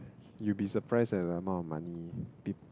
you will be surprised at the amount of money peo~